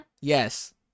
Yes